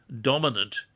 dominant